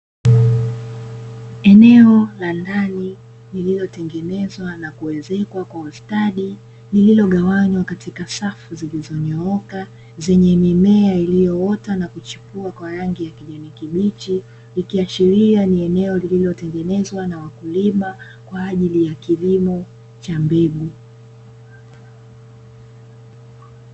Eneo la ndani lililotengenezwa na kuezekwa kwa ustadi lililogawanywa katika safu zilizonyooka, zenye mimea iliyoota na kuchipua kwa rangi ya kijani kibichi, ikiashiria ni eneo lililotengenezwa na wakulima kwa ajili ya kilimo cha mbegu.